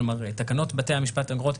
תקנות בתי המשפט (אגרות),